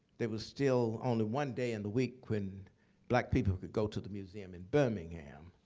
there was still only one day in the week when black people could go to the museum in birmingham.